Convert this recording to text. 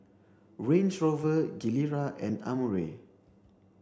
Range Rover Gilera and Amore